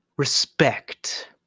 Respect